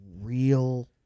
real